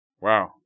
Wow